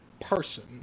person